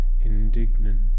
Indignant